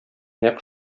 нәкъ